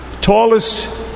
tallest